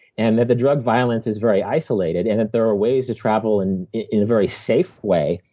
and that the drug violence is very isolated, and that there are ways to travel and in a very safe way,